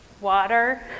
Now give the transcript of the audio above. water